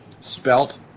spelt